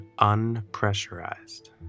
unpressurized